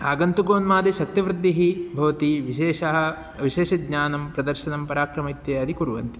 आगन्तुकोन्मादे शक्तिवृद्धिः भवति विशेषः विशेषं ज्ञानप्रदर्शनं पराक्रमः इत्यादि कुर्वन्ति